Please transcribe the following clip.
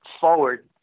forward